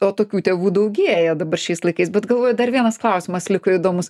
o tokių tėvų daugėja dabar šiais laikais bet galvoju dar vienas klausimas liko įdomus